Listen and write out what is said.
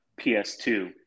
PS2